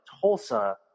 Tulsa